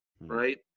right